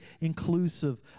inclusive